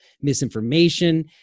misinformation